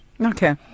Okay